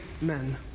men